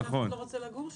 פשוט אף אחד לא רוצה לגור שם.